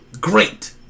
Great